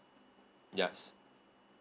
yes